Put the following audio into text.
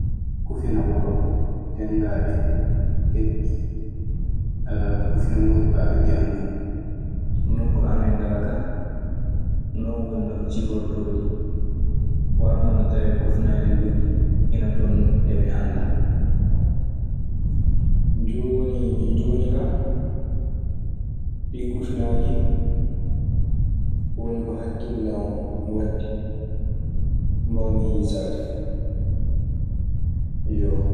Kufina wolo ,tengade, kepi, hen kufina modibabe ɗii andumi. Nokku amen gaa kaa, non woni no ɓe cifortoo ɗi. Warma na tawee kufunaaji goɗɗi ina toon ɗi mi anndaa. Jooni- jooni ka, ko ɗi kufunaaji woni ko hakkille am waddi, mbaaw mi hiisaade, eyyo.